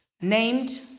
named